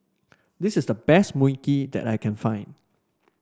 this is the best Mui Kee that I can find